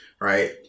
right